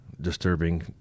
disturbing